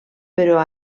però